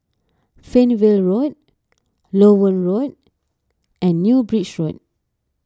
Fernvale Road Loewen Road and New Bridge Road